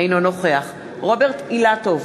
אינו נוכח רוברט אילטוב,